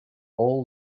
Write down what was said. all